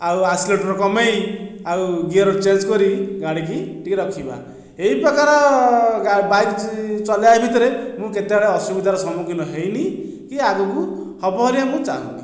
ଆଉ ଆକ୍ସିଲେରେଟର କମାଇ ଆଉ ଗିଅର ଚେଞ୍ଜ କରି ଗାଡ଼ିକି ଟିକିଏ ରଖିବା ଏହି ପ୍ରକାର ବାଇକ ଚଲେଇବା ଭିତରେ ମୁଁ କେତେବେଳେ ଅସୁବିଧାର ସମ୍ମୁଖୀନ ହୋଇନାହିଁ କି ଆଗକୁ ହେବ ବୋଲି ମୁଁ ଚାଁହୁନାହିଁ